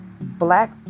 Black